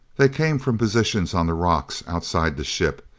they came from positions on the rocks outside the ship.